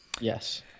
Yes